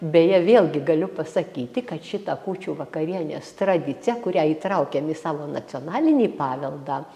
beje vėlgi galiu pasakyti kad šita kūčių vakarienės tradicija kurią įtraukėm į savo nacionalinį paveldą